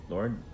Lord